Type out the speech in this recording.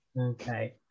Okay